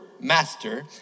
Master